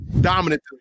dominant